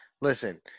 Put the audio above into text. listen